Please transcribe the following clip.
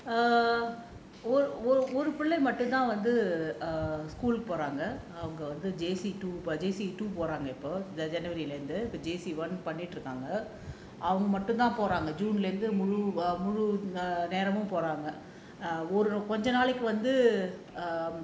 ஒரு பிள்ளை மட்டும் தான் வந்து:oru pillai mattum thaan vanthu school போறாங்க அவங்க வந்து:poraanga avanga vanthu J_C போறாங்க இப்போ ஜனவரில இருந்து இப்ப:poraanga ippo janavarila irunthu ippa J_C பண்ணிட்டு இருக்காங்க அவங்க மட்டும் தான் போறாங்க ஜூன்ல இருந்து முழு நேரமும் போறாங்க கொஞ்ச நாளைக்கு வந்து:pannittu irukaanga avanga mattum thaan poraanga junela irunthu mulu neramum poraanga konja naalaikku vanthu